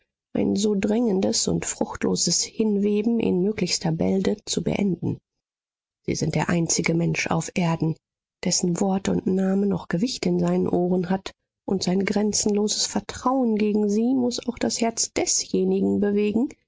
ein so drängendes und fruchtloses hinweben in möglichster bälde zu beenden sie sind der einzige mensch auf erden dessen wort und name noch gewicht in seinen ohren hat und sein grenzenloses vertrauen gegen sie muß auch das herz desjenigen bewegen